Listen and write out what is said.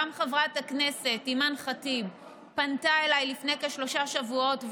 גם חברת הכנסת אימאן ח'טיב פנתה אליי לפני כשלושה שבועות,